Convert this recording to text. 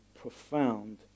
profound